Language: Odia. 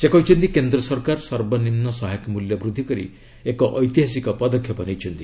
ସେ କହିଛନ୍ତି କେନ୍ଦ୍ର ସରକାର ସର୍ବନିମ୍ନ ସହାୟକ ମୂଲ୍ୟ ବୃଦ୍ଧି କରି ଏକ ଐତିହାସିକ ପଦକ୍ଷେପ ନେଇଛନ୍ତି